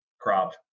crop